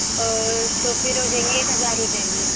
اور تو پھر ہو جائیں گے ایک ہزار ہو جائیں گے